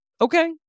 Okay